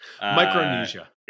Micronesia